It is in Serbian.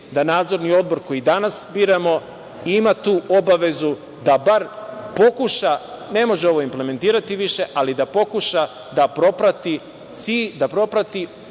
da Nadzorni odbor koji danas biramo ima tu obavezu da bar pokuša, ne može ovo implementirati više, ali da pokuša da proprati cilj koji